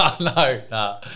No